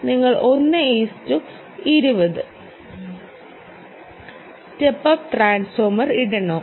നിങ്ങൾ 120 step up transformer ഇടണോ